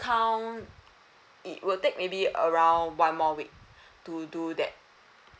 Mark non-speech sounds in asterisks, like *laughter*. it will take maybe around one more week *breath* to do that